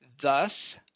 thus